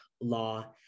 law